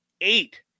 Eight